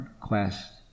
quest